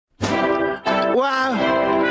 wow